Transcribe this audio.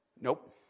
Nope